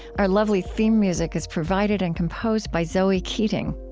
our lovely theme music is provided and composed by zoe keating.